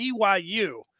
BYU